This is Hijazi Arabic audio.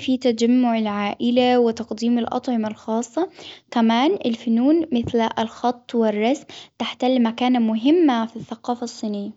في تجمع العائلة وتقديم الاطعمة الخاصة. كمان الفنون مسل الخط والرسم. تحتل مكانة مهمة في السقافة الصينية.